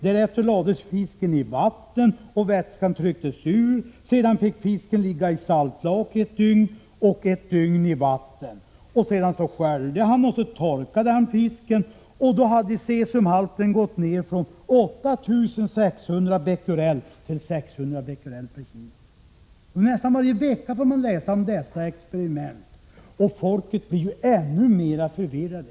Därefter lades fisken i vatten, vätska trycktes ur igen och sedan fick fisken ligga i saltlake ett dygn och ett dygn i vatten. Därefter sköljde och torkade han fisken och då hade cesiumhalten gått ned från 8 600 bequerel kg. Nästan varje vecka får man läsa om sådana experiment, och människor blir ännu mer förvirrade.